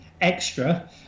extra